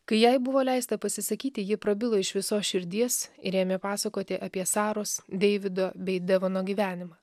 kai jai buvo leista pasisakyti ji prabilo iš visos širdies ir ėmė pasakoti apie saros deivido bei devono gyvenimą